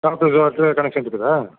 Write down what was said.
connection இருக்குதா